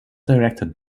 directed